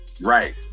Right